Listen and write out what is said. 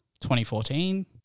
2014